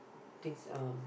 things on